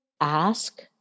ask